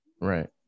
right